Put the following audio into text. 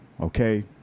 okay